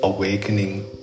Awakening